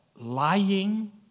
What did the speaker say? lying